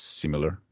similar